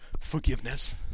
forgiveness